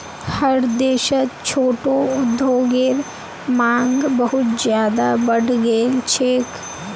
हर देशत छोटो उद्योगेर मांग बहुत ज्यादा बढ़ गेल छेक